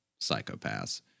psychopaths